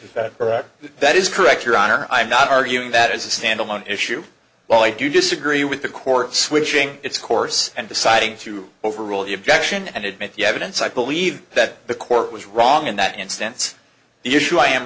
is that correct that is correct your honor i'm not arguing that as a standalone issue while i do disagree with the court switching its course and deciding to overrule the objection and admit the evidence i believe that the court was wrong in that instance the issue i am